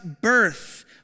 birth